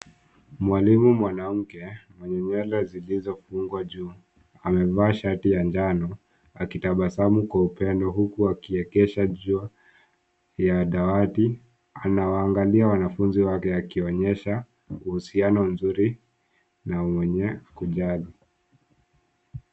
Mwalimu mwanamke, mwenye nywele zilizofungwa juu amevaa shati ya njano akitabasamu kwa upendo huku akiegesha jua ya dawati. Anawaangalia wanafunzi wake akionyesha uhusiano mzuri na wenye kujali.